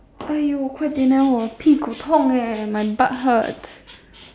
!aiyo! 快点 leh 我屁股痛 leh my butt hurts